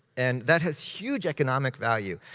and that has huge economic value.